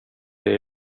det